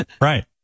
right